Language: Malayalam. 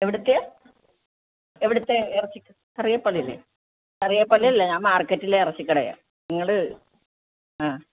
എവിടെത്തെയാണ് എവിടെത്തെ ഇറച്ചി കറിയപ്പള്ളീലെയോ കറിയപ്പള്ളിയല്ല ഞാൻ മാർക്കറ്റിലെ ഇറച്ചിക്കടയാ നിങ്ങൾ ആ